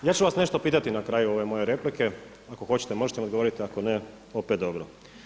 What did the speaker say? Ja ću vas nešto pitati na kraju ove moje replike, ako hoćete možete odgovoriti ako ne opet dobro.